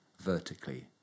vertically